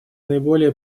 наиболее